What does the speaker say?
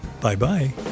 Bye-bye